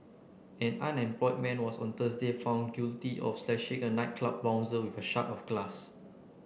an unemployed man was on Thursday found guilty of slashing a nightclub bouncer with a shard of glass